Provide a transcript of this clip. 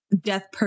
death